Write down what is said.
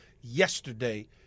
yesterday